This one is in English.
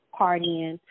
partying